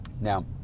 Now